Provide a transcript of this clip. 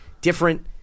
different